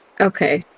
Okay